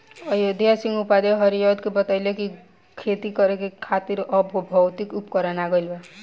अयोध्या सिंह उपाध्याय हरिऔध के बतइले कि खेती करे खातिर अब भौतिक उपकरण आ गइल बा